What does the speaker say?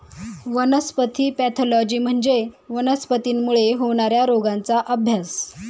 वनस्पती पॅथॉलॉजी म्हणजे वनस्पतींमुळे होणार्या रोगांचा अभ्यास